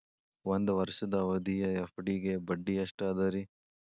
ಒಂದ್ ವರ್ಷದ ಅವಧಿಯ ಎಫ್.ಡಿ ಗೆ ಬಡ್ಡಿ ಎಷ್ಟ ಅದ ರೇ?